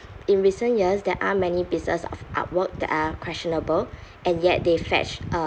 in recent years there are many pieces of artwork that are questionable and yet they fetch uh